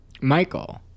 Michael